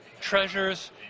treasures